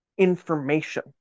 information